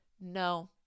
No